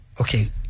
Okay